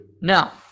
Now